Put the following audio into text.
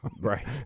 Right